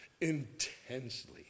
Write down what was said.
intensely